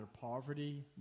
poverty